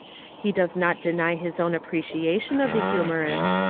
he does not deny his own appreciation of the humorous.